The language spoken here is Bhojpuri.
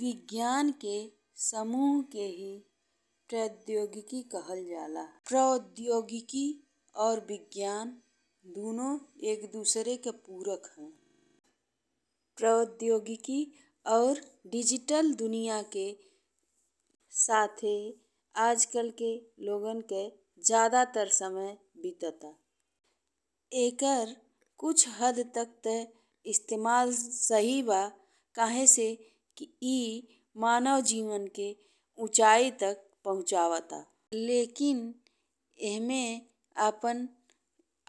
विज्ञान के समूह के ही प्रौद्योगिकी कहल जाला। प्रौद्योगिकी और विज्ञान दुनो एक दूसरे के पूरक हैं। प्रौद्योगिकी और डिजिटल दुनियाँ के साथे आजकल के लोगन के जादातर समय बिताता। एकर कुछ हद तक ते ई इस्तेमाल सही बा कहल सकेला ई मानव जीवन के ऊँचाई तक पहुँचावत लेकिन एह में आपन